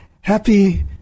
Happy